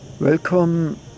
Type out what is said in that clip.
welcome